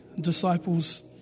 disciples